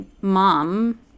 mom